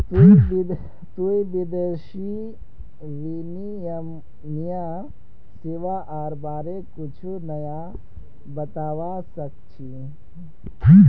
तुई विदेशी विनिमय सेवाआर बारे कुछु नया बतावा सक छी